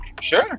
sure